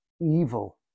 evil